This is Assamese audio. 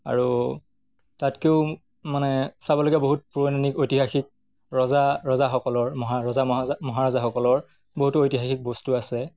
আৰু তাতকৈও মানে চাবলগীয়া বহুত পৌৰাণিক ঐতিহাসিক ৰজা ৰজাসকলৰ মহা ৰজা মহাৰজা মহাৰজাসকলৰ বহুতো ঐতিহাসিক বস্তু আছে